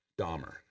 Dahmer